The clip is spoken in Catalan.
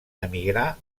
emigrà